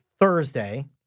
Thursday